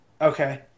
Okay